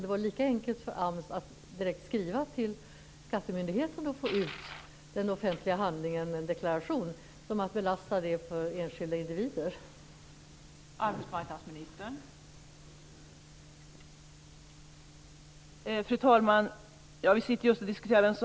Det vore lika enkelt för AMS att skriva direkt till skattemyndigheten och få ut deklarationerna, som är offentliga handlingar, som att belasta enskilda individer med detta.